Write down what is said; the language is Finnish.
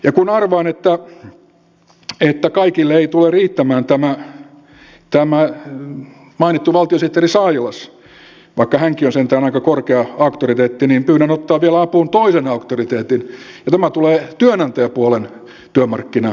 ja kun arvaan että kaikille ei tule riittämään tämä mainittu valtiosihteeri sailas vaikka hänkin on sentään aika korkea auktoriteetti niin pyydän ottaa apuun vielä toisen auktoriteetin ja tämä tulee työnantajapuolen työmarkkinajohtajalta